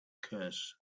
curse